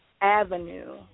avenue